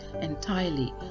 entirely